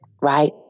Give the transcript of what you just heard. right